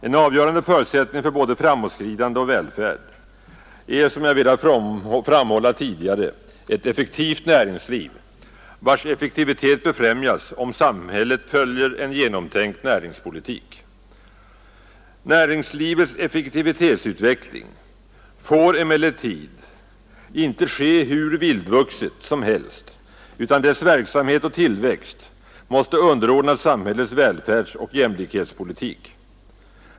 En avgörande förutsättning för både framåtskridande och välfärd är, som jag tidigare framhållit, ett effektivt näringsliv, vars effektivitet befrämjas om samhället följer en genomtänkt näringspolitik. Näringslivets effektivitetsutveckling får emellertid inte bli hur vildvuxen som helst, utan näringslivets verksamhet och tillväxt måste underordnas samhällets välfärdsoch jämlikhetspolitik.